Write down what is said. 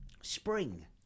spring